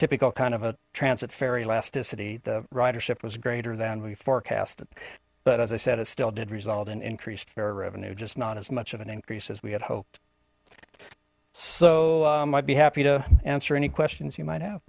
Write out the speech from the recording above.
typical kind of a transit fare elasticity the ridership was greater than we forecasted but as i said it still did result in increased fare revenue just not as much of an increase as we had hoped so i'd be happy to answer any questions you might have